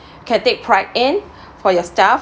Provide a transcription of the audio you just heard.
you can take pride in for your staff